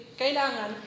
kailangan